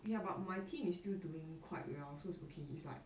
ya but my team is still doing quite well so it's okay it's like